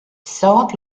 saad